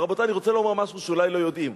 רבותי, אני רוצה לומר משהו שאולי לא יודעים,